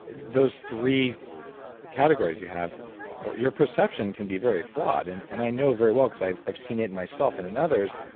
those three categories you have your perception can be very flawed. and and i know very well because i've i've seen it in myself and and others.